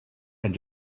and